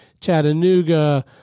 chattanooga